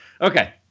Okay